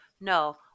no